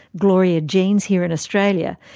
gloria jean's here in australia.